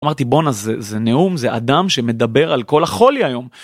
אמרתי בואנה זה נאום זה אדם שמדבר על כל החולי היום.